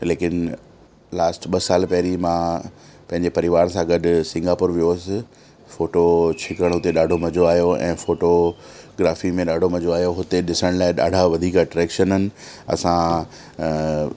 लेकिन लास्ट ॿ साल पहिरीं मा पंहिंजे परिवार सां गॾु सिंगापुर वियो हुयसि फोटो छिक उते ॾाढो मजो आयो ऐं फोटो ग्राफी में ॾाढो मजो आयो हुते ॾिसण लाइ ॾाढा वधीक अट्रेक्शन आहिनि असां